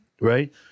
right